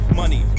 money